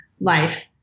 life